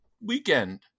weekend